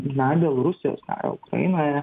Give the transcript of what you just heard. na dėl rusijos ukrainoje